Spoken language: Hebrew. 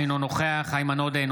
אינו נוכח איימן עודה,